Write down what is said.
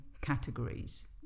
categories